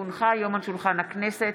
כי הונחה היום על שולחן הכנסת,